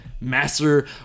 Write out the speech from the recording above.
master